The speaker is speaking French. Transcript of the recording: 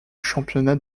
championnat